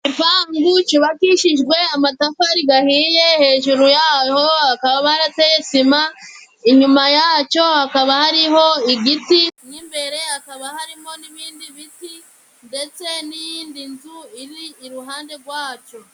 Igipangu cubakishijwe amatafari ganiye, hejuru yaho bakaba barateye sima, inyuma yacyo hakaba hariho igiti, mo imbere hakaba harimo n'ibindi biti, ndetse n'indi nzu iri iruhande gwacyo.